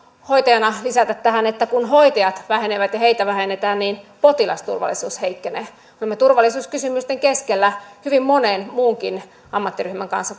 hoitajana lisätä tähän että kun hoitajat vähenevät ja heitä vähennetään niin potilasturvallisuus heikkenee olemme turvallisuuskysymysten keskellä hyvin monen muunkin ammattiryhmän kanssa